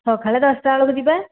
ସକାଳେ ଦଶଟା ବେଳକୁ ଯିବା